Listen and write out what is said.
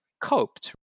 coped